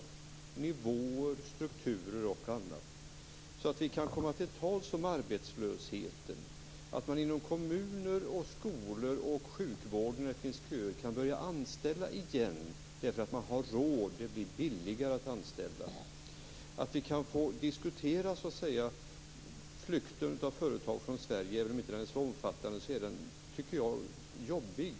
Det gäller nivåer, strukturer och annat. Då kan vi komma till tals om arbetslösheten, och man kan börja anställa igen inom kommuner, skolor och sjukvården. Man har råd. Det blir billigare att anställa. Vi kan diskutera flykten av företag från Sverige. Även om den inte är så omfattande är den, tycker jag, jobbig.